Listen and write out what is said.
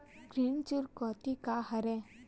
ऋण चुकौती का हरय?